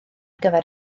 gyfer